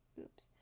Oops